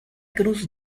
cruz